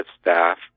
staff